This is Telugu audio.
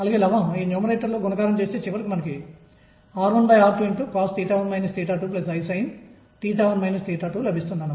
అందువల్ల ఈ సమాకలని 2 నుండి 2 m2Em2 cos 2Em2 cos d అవుతుంది